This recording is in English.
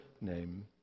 name